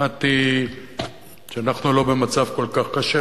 שמעתי שאנחנו לא במצב כל כך קשה,